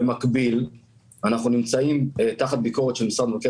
במקביל אנחנו נמצאים תחת ביקורת של משרד מבקר